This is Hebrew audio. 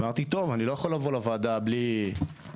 אמרתי טוב, אני לא יכול לבוא לוועדה בלי הוכחות.